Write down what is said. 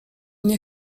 nie